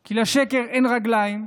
כי לשקר אין רגליים.